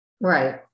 Right